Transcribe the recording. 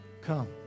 Come